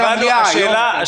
אבל זה במליאה, לא פה.